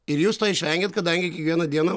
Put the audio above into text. ir jūs išvengiat kadangi kiekvieną dieną